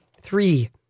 three